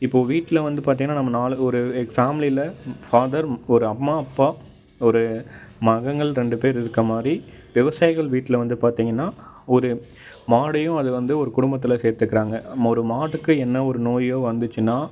இப்போ வீட்டில வந்து பார்த்தீங்கன்னா நம்ம நாலு ஒரு ஃபேமிலியில ஃபாதர் ஒரு அம்மா அப்பா ஒரு மகன்கள் ரெண்டு பேர் இருக்க மாதிரி விவசாயிகள் வீட்டில வந்து பார்த்தீங்கன்னா ஒரு மாடையும் அது வந்து ஒரு குடும்பத்தில சேர்த்துக்குறாங்க ஒரு மாட்டுக்கு என்ன ஒரு நோயோ வந்துச்சுன்னா